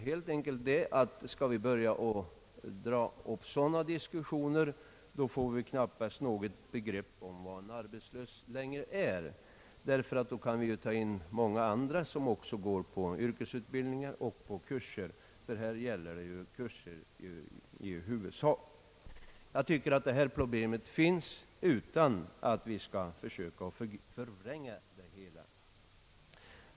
Om vi skall dra upp sådana diskussioner får vi knappast något begrepp om vad en arbetslös är, därför att då kan vi ta in många andra som också deltar i yrkesutbildning eller kurser. Här gäller det ju i huvudsak kurser. Jag tycker att vi inte skall försöka förvränga detta problem så vi inte vet vad vi talar om.